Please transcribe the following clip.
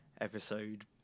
episode